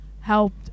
helped